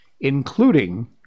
including